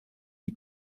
die